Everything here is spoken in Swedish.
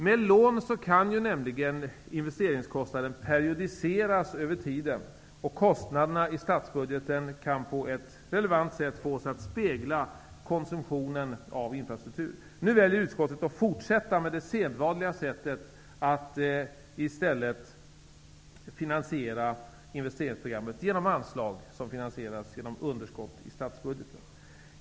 Med lån kan nämligen investeringskostnaden periodiseras över tiden och kostnaderna i statsbudgeten kan på ett relevant sätt fås att spegla konsumtionen av infrastruktur. Nu väljer utskottet att fortsätta med det sedvanliga sättet att i stället finansiera investeringsprogrammet med anslag som finansieras genom underskott i statsbudgeten.